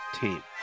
team